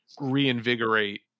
reinvigorate